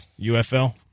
UFL